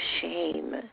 Shame